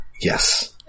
Yes